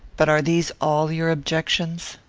but are these all your objections?